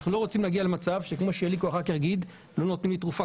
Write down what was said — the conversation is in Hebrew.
אנחנו לא רוצים להגיע למצב שאחר כך אליקו יגיד שלא נותנים לו תרופה